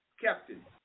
Captain